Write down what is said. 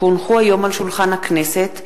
כי הונחו היום על שולחן הכנסת,